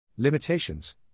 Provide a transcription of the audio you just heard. Limitations